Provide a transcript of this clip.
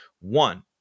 one